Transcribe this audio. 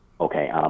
okay